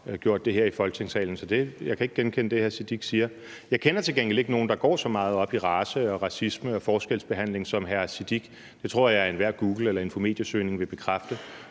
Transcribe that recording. gjort det her i Folketingssalen, så jeg kan ikke genkende det, hr. Sikandar Siddique siger. Jeg kender til gengæld ikke nogen, der går så meget op i race, racisme og forskelsbehandling som hr. Sikandar Siddique. Det tror jeg at enhver Google- eller Infomediasøgning vil bekræfte.